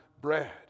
bread